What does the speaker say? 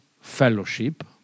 fellowship